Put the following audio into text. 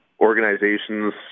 organizations